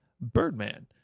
Birdman